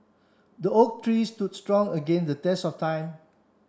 the oak tree stood strong against the test of time